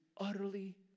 utterly